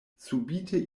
subite